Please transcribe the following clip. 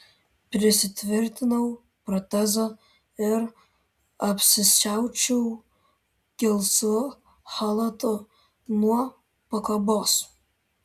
prisitvirtinau protezą ir apsisiaučiau gelsvu chalatu nuo pakabos